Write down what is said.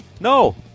no